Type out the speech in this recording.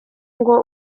ngo